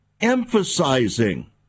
emphasizing